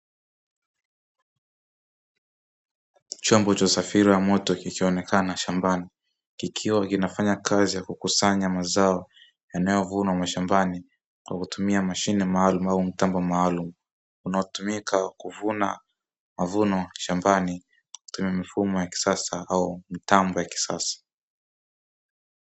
Chombo cha usafiri wa moto kikionekana shambani, kikiwa kinafanya kazi ya kukusanya mazao yanayovunwa mashambani kwa kutumia mashine maalumu au mtambo maalumu unaotumika kuvuna mavuno shambani, kutumia mifumo ya kisasa au mtambo wa kisasa.